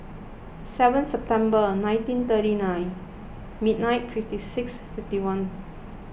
seven September nineteen thirty nine midnight fifty six fifty one